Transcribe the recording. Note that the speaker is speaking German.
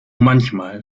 manchmal